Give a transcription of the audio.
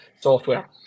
software